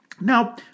Now